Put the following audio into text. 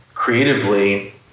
Creatively